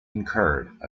incurred